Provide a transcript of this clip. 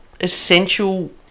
essential